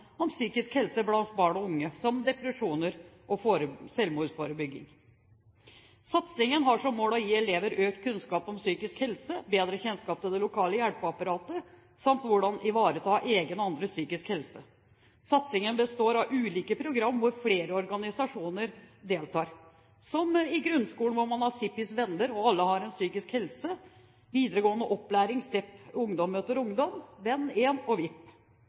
om psykisk helse blant barn og unge, som depresjoner og selvmordsforebygging. Satsingen har som mål å gi elever økt kunnskap om psykisk helse, bedre kjennskap til det lokale hjelpeapparatet samt hvordan ivareta egen og andres psykiske helse. Satsingen består av ulike program, hvor flere organisasjoner deltar. I grunnskolen har man Zippys venner og Alle har en psykisk helse. I videregående opplæring har man STEP – ungdom møter ungdom, Venn1.no og